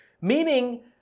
Meaning